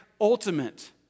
ultimate